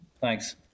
Thanks